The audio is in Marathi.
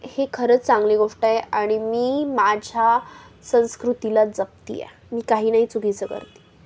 हे खरंच चांगली गोष्ट आहे आणि मी माझ्या संस्कृतीला जपते आहे मी काही नाही चुकीचं करते